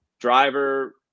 driver